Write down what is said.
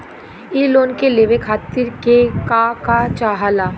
इ लोन के लेवे खातीर के का का चाहा ला?